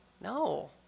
No